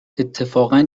اتفاقا